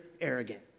arrogant